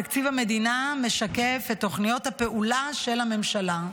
תקציב המדינה משקף את תוכניות הפעולה של הממשלה",